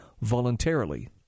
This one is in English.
voluntarily